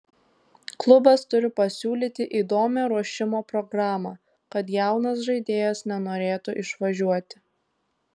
klubas turi pasiūlyti įdomią ruošimo programą kad jaunas žaidėjas nenorėtų išvažiuoti